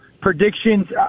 predictions –